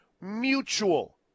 mutual